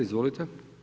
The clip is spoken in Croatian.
Izvolite.